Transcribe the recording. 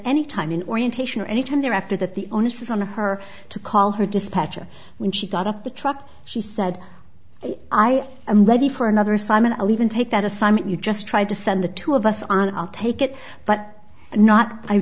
any time in orientation or any time thereafter that the onus is on her to call her dispatcher when she got up the truck she said i am ready for another simon i'll even take that assignment you just tried to send the two of us on i'll take it but i'm not i